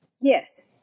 Yes